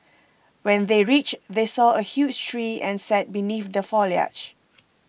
when they reached they saw a huge tree and sat beneath the foliage